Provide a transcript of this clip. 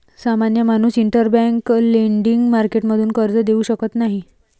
सामान्य माणूस interbank lending मार्केटतून कर्ज घेऊ शकत नाही